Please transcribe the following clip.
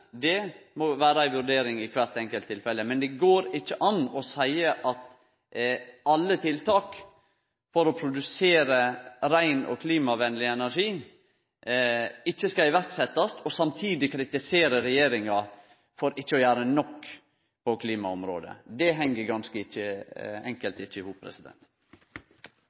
Det må vere ei vurdering i kvart enkelt tilfelle. Men det går ikkje an å seie at alle tiltak for å produsere rein og klimavenleg energi ikkje skal setjast i verk, samtidig som ein kritiserer regjeringa for ikkje å gjere nok på klimaområdet. Det heng ganske enkelt ikkje i hop.